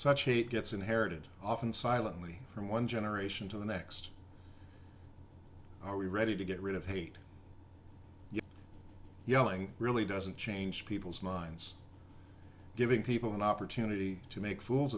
such hate gets inherited often silently from one generation to the next are we ready to get rid of hate you yelling really doesn't change people's minds giving people an opportunity to make fools